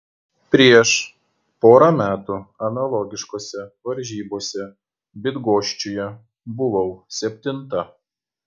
prieš porą metų analogiškose varžybose bydgoščiuje buvau septinta